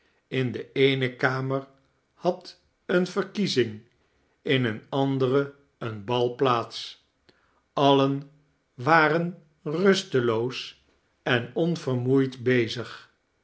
in de eene kamer had eene verkiezing in eene andere een bal plaats alien waren rusteloos en onvermoeid bezig